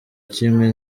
kimwe